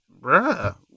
Bruh